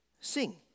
sing